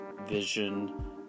Vision